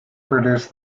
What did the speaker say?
produced